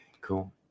cool